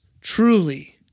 truly